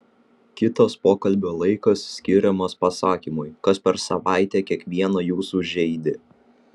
kitas pokalbio laikas skiriamas pasakymui kas per savaitę kiekvieną jūsų žeidė